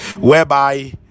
whereby